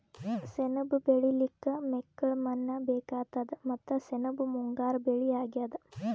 ಸೆಣಬ್ ಬೆಳಿಲಿಕ್ಕ್ ಮೆಕ್ಕಲ್ ಮಣ್ಣ್ ಬೇಕಾತದ್ ಮತ್ತ್ ಸೆಣಬ್ ಮುಂಗಾರ್ ಬೆಳಿ ಅಗ್ಯಾದ್